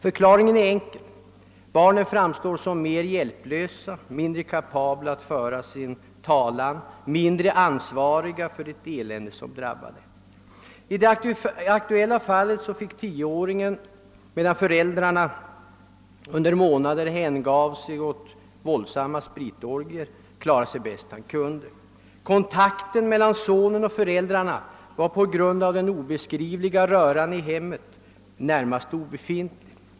Förklaringen är enkel: barnen framstår som mer hjälplösa, mindre kapabla att föra sin talan, mindre ansvariga för det elände som drabbar dem. I det aktuella fallet fick tioåringen medan föräldrarna under månader hängav sig åt spritorgier klara sig själv bäst han kunde. Kontakten mellan sonen och föräldrarna var på grund av den obeskrivliga röran i hemmet närmast obefintlig.